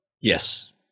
yes